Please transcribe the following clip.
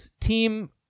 team